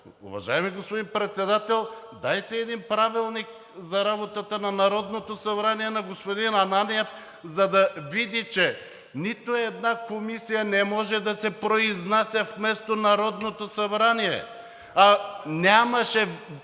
Уважаеми господин Председател, дайте един Правилник за работата на Народното събрание на господин Ананиев, за да види, че нито една комисия не може да се произнася вместо Народното събрание, а нямаше